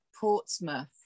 Portsmouth